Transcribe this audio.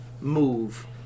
move